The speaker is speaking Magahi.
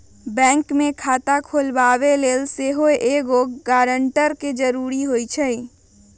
बैंक में खता खोलबाबे लेल सेहो एगो गरानटर के जरूरी होइ छै